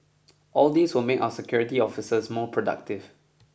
all these will make our security officers more productive